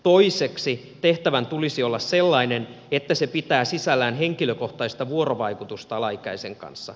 toiseksi tehtävän tulisi olla sellainen että se pitää sisällään henkilökohtaista vuorovaikutusta alaikäisen kanssa